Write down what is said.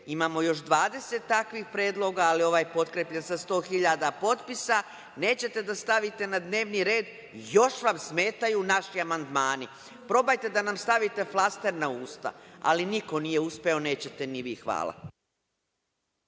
Imamo još 20 takvih predloga, ali ovaj je potkrepljen sa 100.000 potpisa, nećete da stavite na dnevni red, još vam smetaju naši amandmani. Probajte da nam stavite flaster na usta. Niko nije uspeo, nećete ni vi. Hvala.